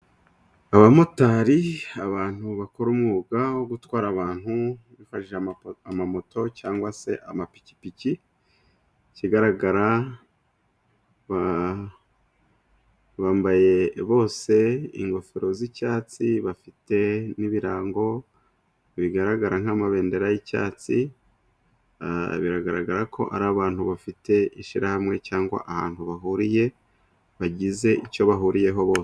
Abamotari, abantu bakora umwuga wo gutwara abantu bifashishije amamoto cyangwa se amapikipiki, ikigaragara bambaye bose ingofero z'icyatsi, bafite n'ibirango bigaragara nk'amabendera y'icyatsi, biragaragara ko ari abantu bafite ishyirahamwe cyangwa se ahantu bahuriye, bagize icyo bahuriyeho bose.